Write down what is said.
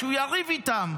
שהוא יריב איתם.